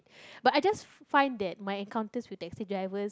but I just find that my encounters with taxi drivers